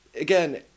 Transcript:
again